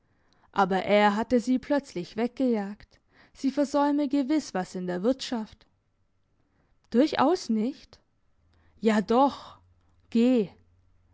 aber er hatte sie plötzlich weggejagt sie versäume gewiss was in der wirtschaft durchaus nicht ja doch geh